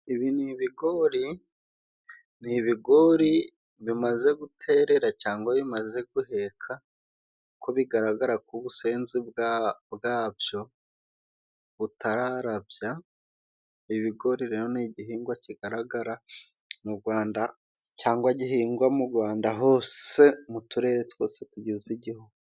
Ibi ni ibigori ni ibigori bimaze guterera cyangwa bimaze guheka kuko bigaragarako ubusenzi bwabyo butararabya. Ibigori rero ni igihingwa kigaragara mu Rwanda, cyangwa gihingwa mu Rwanda hose mu turere twose tugize igihugu.